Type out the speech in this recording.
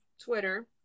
Twitter